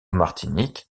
martinique